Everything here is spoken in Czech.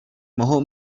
mohou